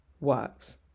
works